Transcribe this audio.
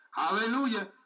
Hallelujah